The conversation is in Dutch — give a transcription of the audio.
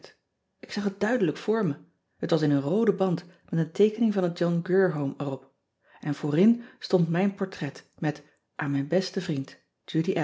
k zag het duidelijk voor me et was in een rooden hand met een teekening van het ohn rier ome erop n voorin stond mijn portret met an mijn besten vriend